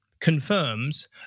confirms